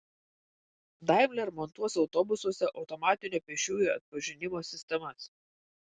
daimler montuos autobusuose automatinio pėsčiųjų atpažinimo sistemas